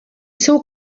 sou